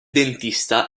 dentista